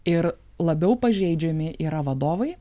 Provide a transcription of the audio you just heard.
ir labiau pažeidžiami yra vadovai